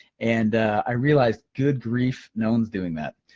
and i realized good grief, no one's doing that.